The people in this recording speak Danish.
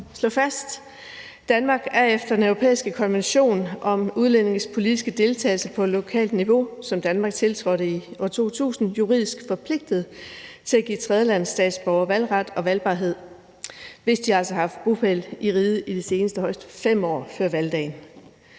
fast: Danmark er efter den europæiske konvention om udlændinges politiske deltagelse på lokalt niveau, som Danmark tiltrådte i år 2000, juridisk forpligtet til at give tredjelandsstatsborgere valgret og valgbarhed, hvis de altså har haft bopæl i riget i de seneste højst 5 år før valgdagen,